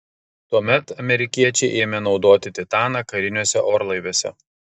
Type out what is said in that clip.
tuomet amerikiečiai ėmė naudoti titaną kariniuose orlaiviuose